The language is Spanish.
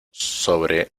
sobre